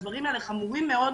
הדברים האלה חמורים מאוד.